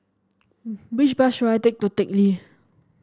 which bus should I take to Teck Lee